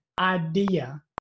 idea